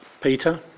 Peter